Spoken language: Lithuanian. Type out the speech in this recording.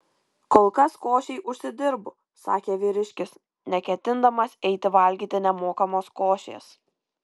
kol kas košei užsidirbu sakė vyriškis neketindamas eiti valgyti nemokamos košės